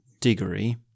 Diggory